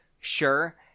Sure